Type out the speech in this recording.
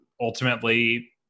ultimately